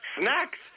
snacks